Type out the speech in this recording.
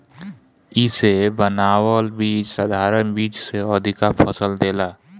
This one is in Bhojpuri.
इसे बनावल बीज साधारण बीज से अधिका फसल देला